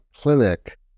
clinic